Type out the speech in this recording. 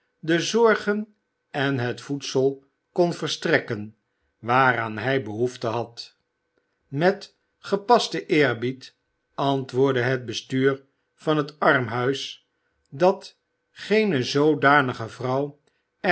de zorgen en het voedsel kon verstrekken waaraan hij behoefte had met gepasten eerbied antwoordde het bestuur van het armhuis dat geene zoodanige vrouw